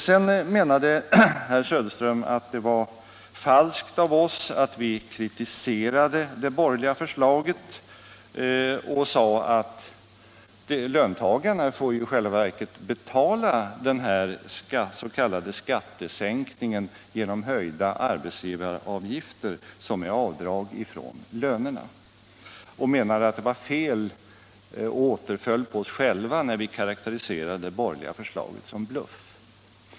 Sedan menade herr Söderström att det var falskt av oss att kritisera det borgerliga förslaget och sade att löntagarna i själva verket får betala den s.k. skattesänkningen genom höjda arbetsgivaravgifter, som är avdrag från lönerna. Han ansåg att det var fel och återföll på oss själva när vi karakteriserade det borgerliga förslaget som bluff.